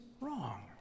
wrong